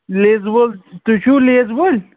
Lay's وول تُہۍ چھِو لیز وٲلۍ